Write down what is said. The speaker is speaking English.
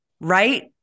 Right